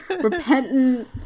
repentant